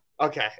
Okay